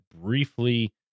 briefly